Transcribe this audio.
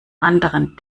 anderen